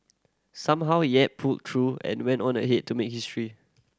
somehow Yap pulled through and went on ahead to make history